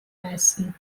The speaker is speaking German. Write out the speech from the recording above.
leisten